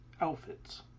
outfits